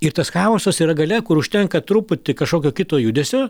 ir tas chaosas yra gale kur užtenka truputį kažkokio kito judesio